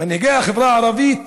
מנהיגי החברה הערבית